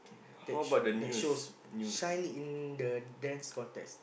that sh~ that shows shine in the Dance Contest